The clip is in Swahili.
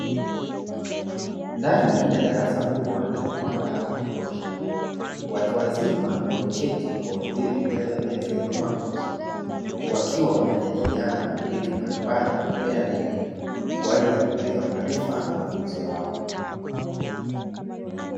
Ndani ya darasa kubwa lenye mwanga wa kutosha, watu wazima wameketi kwa utulivu mbele ya meza iliyopangwa vizuri, wakiwa wanajadiliana vitu mbalimbali na kupeana elimu kwa ajili ya kuongeza maarifa na ujuzi wao.